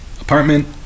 apartment